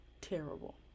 terrible